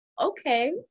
okay